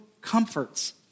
comforts